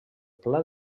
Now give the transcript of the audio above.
pla